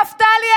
נפתלי,